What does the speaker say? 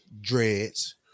dreads